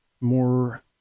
more